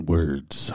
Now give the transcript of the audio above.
Words